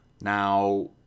Now